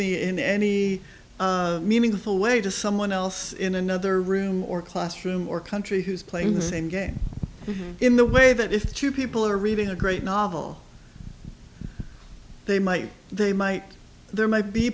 me in any meaningful way to someone else in another room or classroom or country who's playing the same game in the way that if two people are reading a great novel they might they might there might be